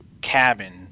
cabin